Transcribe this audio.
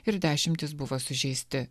ir dešimtys buvo sužeisti